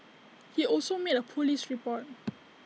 he also made A Police report